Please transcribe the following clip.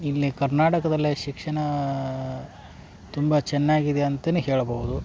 ಇಲ್ಲೇ ಕರ್ನಾಟಕದಲ್ಲೆ ಶಿಕ್ಷಣ ತುಂಬ ಚೆನ್ನಾಗಿದೆ ಅಂತನೆ ಹೇಳ್ಬೌದು